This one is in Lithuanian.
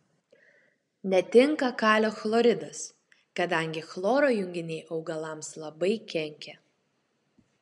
netinka kalio chloridas kadangi chloro junginiai augalams labai kenkia